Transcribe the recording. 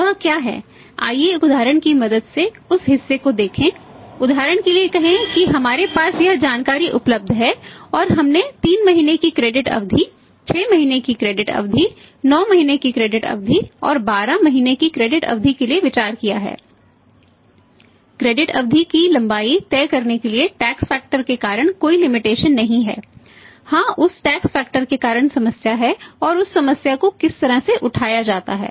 वह क्या है आइए एक उदाहरण की मदद से उस हिस्से को देखें उदाहरण के लिए कहें कि हमारे पास यह जानकारी उपलब्ध है और हमने 3 महीने की क्रेडिट के कारण समस्या है और उस समस्या को किस तरह से उठाया जाता है